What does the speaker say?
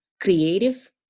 creative